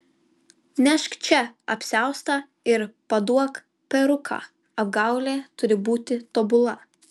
nešk čia apsiaustą ir paduok peruką apgaulė turi būti tobula